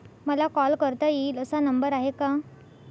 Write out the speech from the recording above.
मला कॉल करता येईल असा नंबर आहे का?